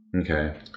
Okay